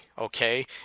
okay